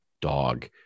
dog